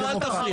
שלמה, אל תפריע.